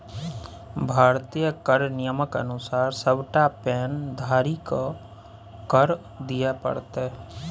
भारतीय कर नियमक अनुसार सभटा पैन धारीकेँ कर दिअ पड़तै